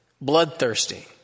bloodthirsty